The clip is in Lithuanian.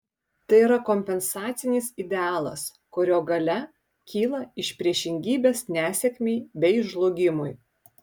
tai yra kompensacinis idealas kurio galia kyla iš priešingybės nesėkmei bei žlugimui